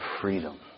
freedom